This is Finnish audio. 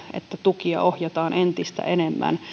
tukia ohjataan entistä enemmän